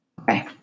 Okay